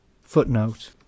footnote